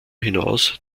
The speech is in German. hinaus